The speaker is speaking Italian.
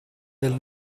del